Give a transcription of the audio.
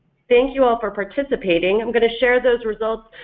thank you all for participating, i'm going to share those results,